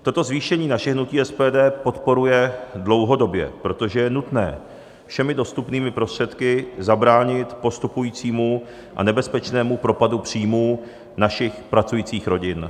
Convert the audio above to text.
Toto zvýšení naše hnutí SPD podporuje dlouhodobě, protože je nutné všemi dostupnými prostředky zabránit postupujícímu a nebezpečnému propadu příjmů našich pracujících rodin.